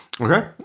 Okay